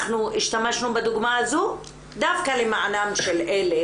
אנחנו השתמשנו בדוגמה הזו דווקא למענם של אלה